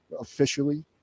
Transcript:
officially